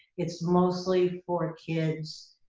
it's mostly for kids